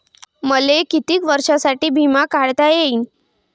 मले कितीक वर्षासाठी बिमा काढता येईन?